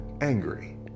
angry